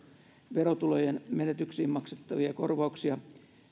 verotulojen menetyksiin maksettavia korvauksia